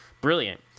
brilliant